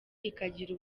ikagira